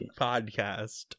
podcast